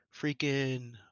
freaking